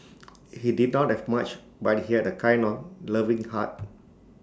he did not have much but he had A kind on loving heart